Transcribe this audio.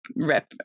rep